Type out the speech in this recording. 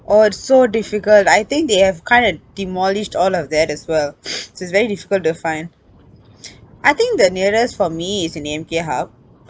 oh so difficult I think they have kinda demolished all of that as well it's very difficult to find I think the nearest for me is in A_M_K hub